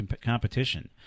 competition